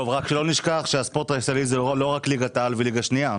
לא נשכח שהספורט הישראלי זה לא רק ליגת העל וליגה שנייה.